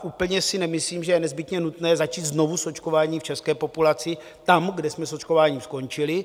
Úplně si nemyslím, že je nezbytně nutné začít znovu s očkováním v české populaci tam, kde jsme s očkováním skončili.